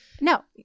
No